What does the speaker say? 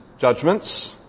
judgments